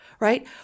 right